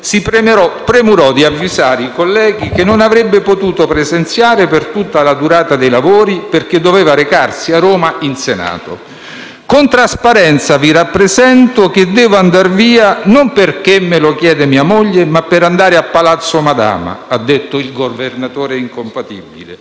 si premurò di avvisare i colleghi che non avrebbe potuto presenziare per tutta la durata dei lavori perché doveva recarsi a Roma in Senato: "Con trasparenza, vi rappresento che devo andar via, non perché me lo chiede mia moglie ma per andare a Palazzo Madama"» ha detto il Governatore incompatibile.